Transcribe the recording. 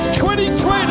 2020